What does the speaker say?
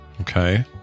Okay